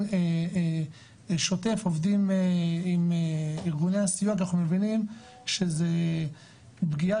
שוטף עובדים עם ארגוני הסיוע כי אנחנו מבינים שזה פגיעה